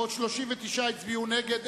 בעוד 39 הצביעו נגד.